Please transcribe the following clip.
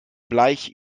bleich